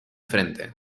frente